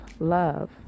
love